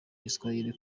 giswahili